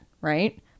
right